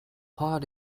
pod